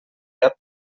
cap